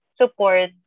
support